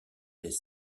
des